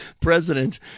president